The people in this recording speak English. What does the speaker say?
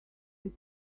that